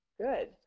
Good